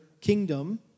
kingdom